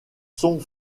sont